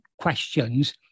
questions